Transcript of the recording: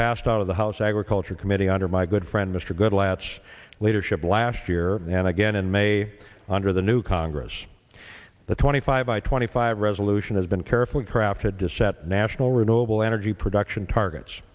passed out of the house agriculture committee under my good friend mr goodlatte leadership last year and again in may under the new congress the twenty five by twenty five resolution has been carefully crafted to set national renewable energy production targets